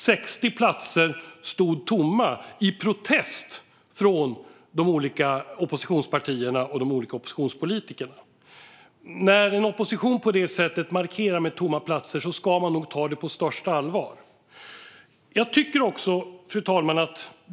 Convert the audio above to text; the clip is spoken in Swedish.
60 platser som hörde till de olika oppositionspartierna stod i protest tomma. När en opposition på det sättet markerar med tomma platser ska man ta det på största allvar. Fru talman!